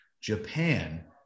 Japan